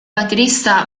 batterista